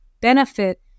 benefit